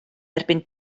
erbyn